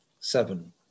Seven